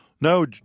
No